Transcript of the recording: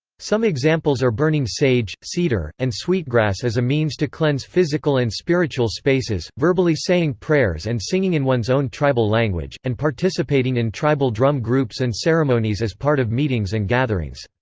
some examples are burning sage, cedar, and sweetgrass as a means to cleanse physical and spiritual spaces, verbally saying prayers and singing in one's own tribal language, and participating in tribal drum groups and ceremonies as part of meetings and gatherings.